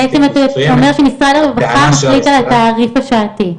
בעצם משרד הרווחה מחליט על התעריף השעתי?